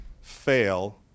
fail